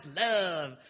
love